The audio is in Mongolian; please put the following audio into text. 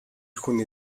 хүний